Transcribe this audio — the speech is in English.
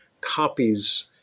copies